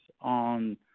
on